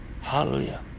Hallelujah